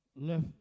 Left